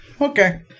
Okay